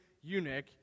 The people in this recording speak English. eunuch